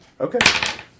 Okay